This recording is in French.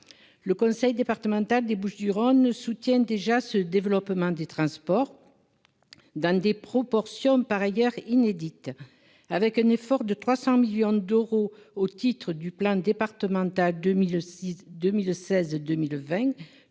Le conseil départemental des Bouches-du-Rhône soutient déjà ce développement des transports dans des proportions par ailleurs inédites, avec un effort de 300 millions d'euros au titre du plan départemental 2016-2020,